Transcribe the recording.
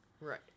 Right